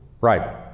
Right